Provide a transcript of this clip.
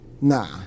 Nah